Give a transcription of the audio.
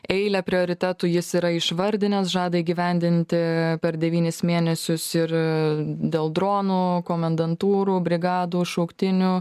eilę prioritetų jis yra išvardinęs žada įgyvendinti per devynis mėnesius ir a dėl dronų komendantūrų brigadų šauktinių